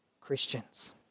Christians